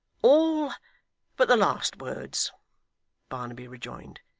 all but the last words barnaby rejoined.